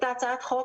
הייתה הצעת חוק,